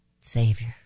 savior